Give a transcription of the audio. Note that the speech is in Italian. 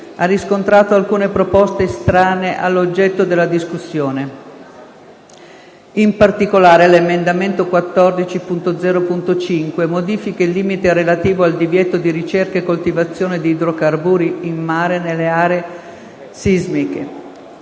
ha riscontrato alcune proposte estranee all'oggetto della discussione. In particolare, l'emendamento 14.0.5 modifica il limite relativo al divieto di ricerca e coltivazione di idrocarburi in mare nelle aree sismiche;